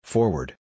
Forward